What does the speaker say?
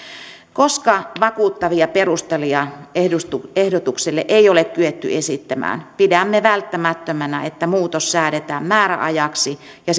koska vakuuttavia perusteluja ehdotukselle ehdotukselle ei ole kyetty esittämään pidämme välttämättömänä että muutos säädetään määräajaksi ja